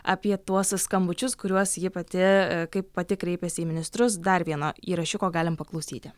apie tuos skambučius kuriuos ji pati kaip pati kreipėsi į ministrus dar vieno įrašiuko galim paklausyti